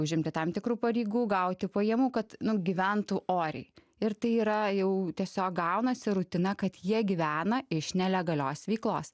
užimti tam tikrų pareigų gauti pajamų kad nu gyventų oriai ir tai yra jau tiesiog gaunasi rutina kad jie gyvena iš nelegalios veiklos